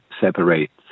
separates